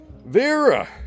Vera